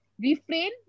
refrain